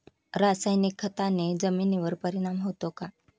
रासायनिक खताने जमिनीवर परिणाम होतो का?